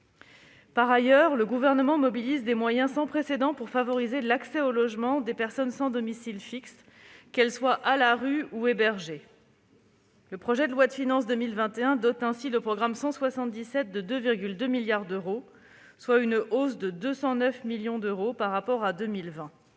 Par ailleurs, le Gouvernement mobilise des moyens sans précédent pour favoriser l'accès au logement des personnes sans domicile fixe, qu'elles soient à la rue ou hébergées. Le projet de loi de finances pour 2021 dote ainsi le programme 177 de 2,2 milliards d'euros, soit une hausse de 209 millions d'euros par rapport à 2020.